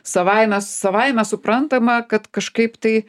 savaime savaime suprantama kad kažkaip tai